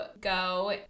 go